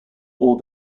all